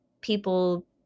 people